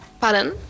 Pardon